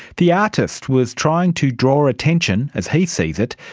the artist was trying to draw attention, as he sees it,